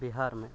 बिहारमे